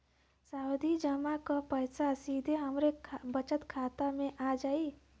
सावधि जमा क पैसा सीधे हमरे बचत खाता मे आ जाई?